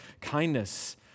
kindness